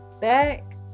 back